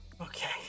Okay